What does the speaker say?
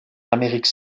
amérique